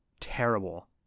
Terrible